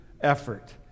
effort